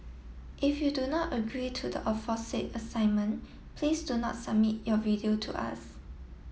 if you do not agree to the aforesaid assignment please do not submit your video to us